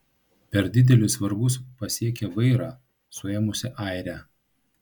per didelius vargus pasiekė vairą suėmusią airę